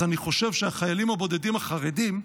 אז אני חושב שהחיילים הבודדים החרדים,